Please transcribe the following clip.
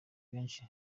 benshi